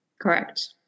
Correct